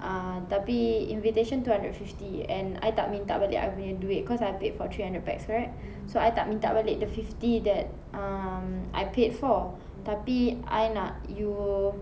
ah tapi invitation two hundred fifty and I tak minta balik I punya duit cause I paid for three hundred pax right so I tak minta balik the fifty that um I paid for tapi I nak you